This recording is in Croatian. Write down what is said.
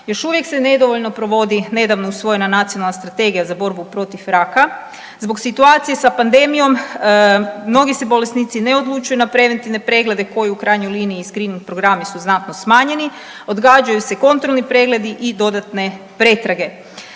Još uvijek se nedovoljno provodi, nedavno je usvojena nacionalna strategija za borbu protiv raka. Zbog situacije sa pandemijom mnogi se bolesnici ne odlučuju na preventivne preglede koji u krajnjoj liniji i skrim programi su znatno smanjeni, odgađaju se kontrolni pregledi i dodatne pretrage.